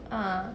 uh